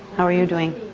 how are you doing?